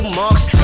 marks